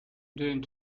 doing